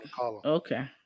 Okay